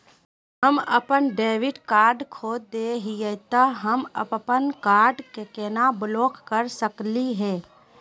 हम अपन debit card खो दे ही, त हम अप्पन कार्ड के केना ब्लॉक कर सकली हे?